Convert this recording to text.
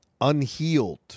unhealed